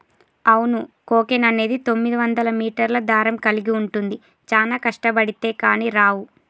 అవును కోకెన్ అనేది తొమ్మిదివందల మీటర్ల దారం కలిగి ఉంటుంది చానా కష్టబడితే కానీ రావు